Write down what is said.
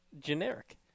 generic